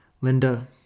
Linda